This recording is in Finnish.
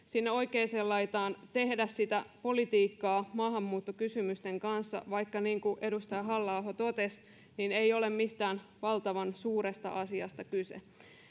sinne oikeaan laitaan tehdä sitä politiikkaa maahanmuuttokysymysten kanssa vaikka niin kuin edustaja halla aho totesi ei ole mistään valtavan suuresta asiasta kyse